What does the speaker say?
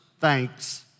thanks